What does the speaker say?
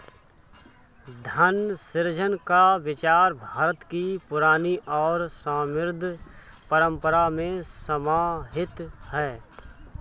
धन सृजन का विचार भारत की पुरानी और समृद्ध परम्परा में समाहित है